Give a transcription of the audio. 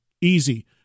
Easy